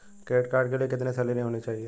Credit card के लिए कितनी सैलरी होनी चाहिए?